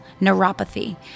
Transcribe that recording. neuropathy